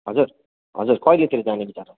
हजुर हजुर कहिलेतिर जाने विचार छ